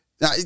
Now